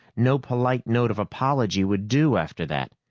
no polite note of apology would do after that.